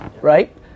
right